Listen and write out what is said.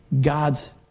God's